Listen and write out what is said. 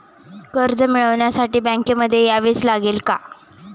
कर्ज मिळवण्यासाठी बँकेमध्ये यावेच लागेल का?